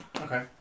Okay